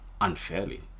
unfairly